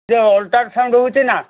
ଯେ ଅଲଟ୍ରାସାଉଣ୍ଡ୍ ହେଉଛି ନାଁ